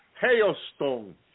hailstone